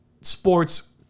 Sports